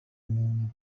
umuntu